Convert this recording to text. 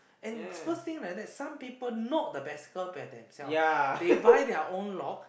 and first thing like that some people not the bicycle by themselves they buy their own lock